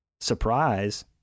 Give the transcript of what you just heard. surprise